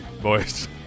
boys